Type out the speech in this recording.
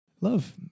Love